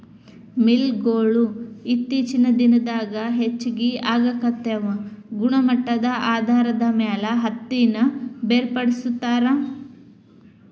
mill ಗೊಳು ಇತ್ತೇಚಿನ ದಿನದಾಗ ಹೆಚಗಿ ಆಗಾಕತ್ತಾವ ಗುಣಮಟ್ಟದ ಆಧಾರದ ಮ್ಯಾಲ ಹತ್ತಿನ ಬೇರ್ಪಡಿಸತಾರ